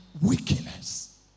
weakness